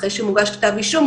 אחרי שמוגש כתב אישום,